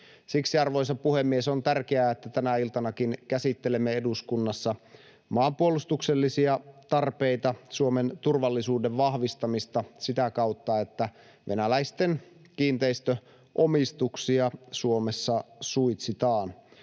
Siksi, arvoisa puhemies, on tärkeää, että tänäkin iltana käsittelemme eduskunnassa maanpuolustuksellisia tarpeita, Suomen turvallisuuden vahvistamista sitä kautta, että venäläisten kiinteistöomistuksia Suomessa suitsitaan.